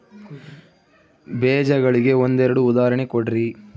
ಬೇಜಗಳಿಗೆ ಒಂದೆರಡು ಉದಾಹರಣೆ ಕೊಡ್ರಿ?